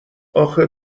اخه